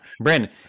Brandon